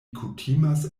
kutimas